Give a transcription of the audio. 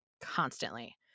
constantly